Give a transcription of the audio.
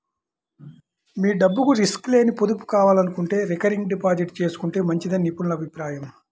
మీ డబ్బుకు రిస్క్ లేని పొదుపు కావాలనుకుంటే రికరింగ్ డిపాజిట్ చేసుకుంటే మంచిదని నిపుణుల అభిప్రాయం